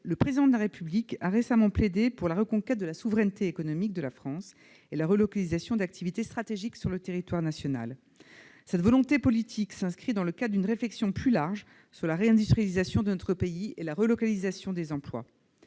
le Président de la République a récemment plaidé pour la reconquête de la souveraineté économique de la France et la relocalisation d'activités stratégiques sur le territoire national. Cette volonté politique s'inscrit dans le cadre d'une réflexion plus large sur la réindustrialisation de notre pays et la relocalisation des emplois.